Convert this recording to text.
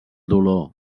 dolor